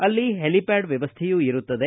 ಅಲ್ಲಿ ಹೆಲಿಪ್ಟಾಡ್ ವ್ಯವಸ್ಥೆಯೂ ಇರುತ್ತದೆ